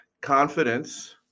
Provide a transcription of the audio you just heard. confidence